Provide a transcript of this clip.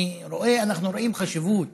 אני רואה, אנחנו רואים חשיבות